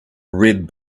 red